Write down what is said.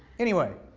anyway,